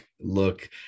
look